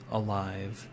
alive